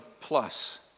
plus